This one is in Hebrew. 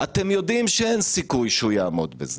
סיכוי לעמוד בהם.